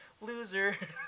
loser